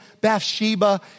Bathsheba